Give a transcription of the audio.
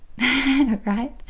right